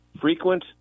frequent